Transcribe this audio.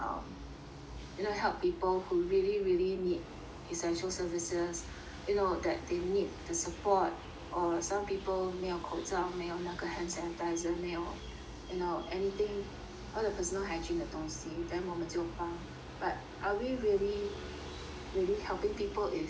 you know help people who really really need essential services you know that they need the support or like some people 没有口罩没有那个 hand sanitizers 没有 you know anything all the personal hygiene 的东西 then 我们就帮 but are we really really helping people if